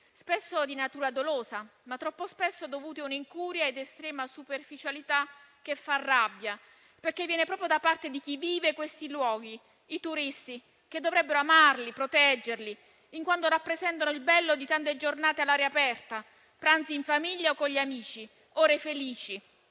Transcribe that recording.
spesso di natura dolosa, ma troppo spesso dovuti a incuria e a un'estrema superficialità che fa rabbia, perché viene proprio da parte di chi vive questi luoghi, i turisti, che dovrebbero amarli, proteggerli, in quando rappresentano il bello di tante giornate all'aria aperta, pranzi in famiglia o con gli amici; ore felici